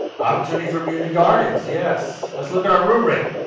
opportunity for community gardens, yes. let's look at rubric.